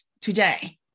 today